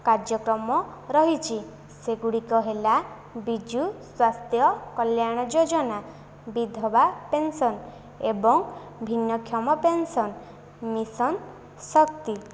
କାର୍ଯ୍ୟକ୍ରମ ରହିଛି ସେଗୁଡ଼ିକ ହେଲା ବିଜୁ ସ୍ୱାସ୍ଥ୍ୟ କଲ୍ୟାଣ ଯୋଜନା ବିଧବା ପେନ୍ସନ୍ ଏବଂ ଭିନ୍ନକ୍ଷମ ପେନ୍ସନ୍ ମିଶନ ଶକ୍ତି